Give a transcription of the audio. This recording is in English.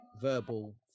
verbal